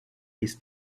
his